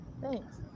Thanks